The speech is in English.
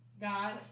god